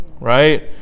right